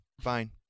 Fine